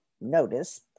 notice